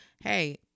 hey